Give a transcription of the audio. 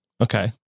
Okay